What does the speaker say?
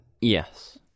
Yes